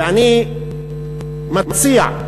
ואני מציע,